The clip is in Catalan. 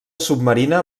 submarina